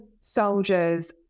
soldiers